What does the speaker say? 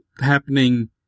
happening